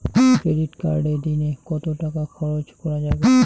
Credit কার্ডে দিনে কত টাকা খরচ করা যাবে?